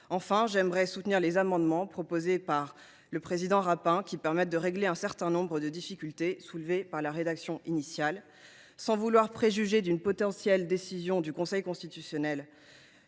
Enfin, je soutiendrai les amendements proposés par le président Rapin, qui visent à régler un certain nombre de difficultés soulevées par la rédaction initiale. Sans préjuger d’une éventuelle décision du Conseil constitutionnel,